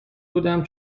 بودم